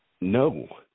No